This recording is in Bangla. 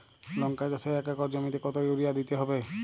লংকা চাষে এক একর জমিতে কতো ইউরিয়া দিতে হবে?